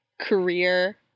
career